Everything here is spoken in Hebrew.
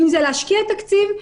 אם זה להשקיע תקציב,